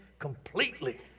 Completely